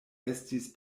estis